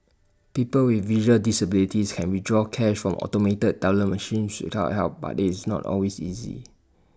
people with visual disabilities can withdraw cash from automated teller machines without help but IT is not always easy